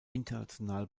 international